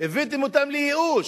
הבאתם אותם לייאוש.